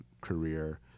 career